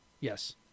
yes